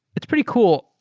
it's pretty cool.